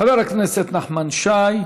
חבר הכנסת נחמן שי,